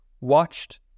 watched